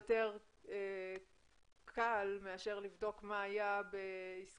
באופן יותר קל מאשר לבדוק מה היה בעסקה